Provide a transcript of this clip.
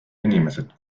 inimesed